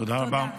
תודה רבה.